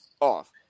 off